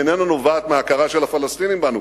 איננה נובעת מההכרה של הפלסטינים בנו,